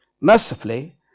Mercifully